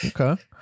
okay